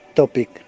topic